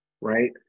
right